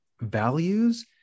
values